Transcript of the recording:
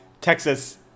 Texas